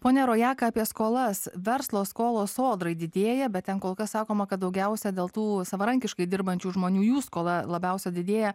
ponia rojaka apie skolas verslo skolos sodrai didėja bet ten kol kas sakoma kad daugiausia dėl tų savarankiškai dirbančių žmonių jų skola labiausiai didėja